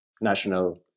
national